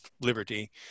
Liberty